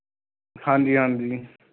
ਹਾਂਜੀ ਹਾਂਜੀ